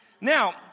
Now